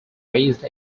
raised